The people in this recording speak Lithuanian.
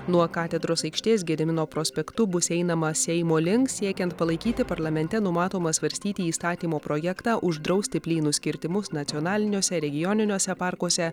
nuo katedros aikštės gedimino prospektu bus einama seimo link siekiant palaikyti parlamente numatomą svarstyti įstatymo projektą uždrausti plynus kirtimus nacionaliniuose regioniniuose parkuose